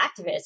activists